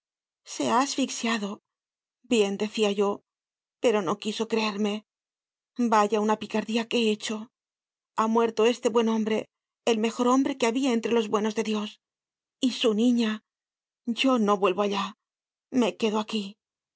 se ha asfixiado bien decia yo pero no quiso creerme vaya una picardía que he hecho ha muerto este buen hombre el mejor hombre que habia entre los buenos de diosí'j y su niña yo no vuelvo allá me quedo aquí